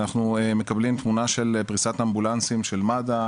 אנחנו מקבלים תמונה של פריסת אמבולנסים של מד"א,